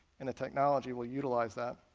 and the technology will utilize that.